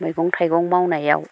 मैगं थाइगं मावनायाव